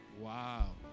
Wow